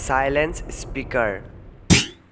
silence speaker